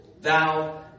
Thou